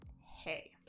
hey